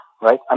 right